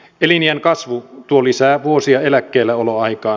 eliniän kasvu tuo lisää vuosia eläkkeelläoloaikaan